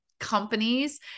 companies